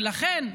ולכן,